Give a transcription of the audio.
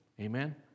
Amen